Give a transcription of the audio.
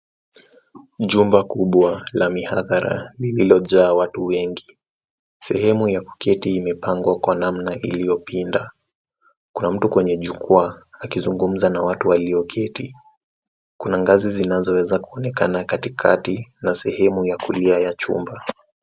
Jumba kubwa la mihadhara lililojaa watu wengi. Sehemu ya kuketi imepangwa kwa namna iliyopinda. Kuna mtu kwenye jukwaa akizungumza na watu walioketi. Kuna ngazi zinazoweza kuonekana katikati na sehemu ya chumba.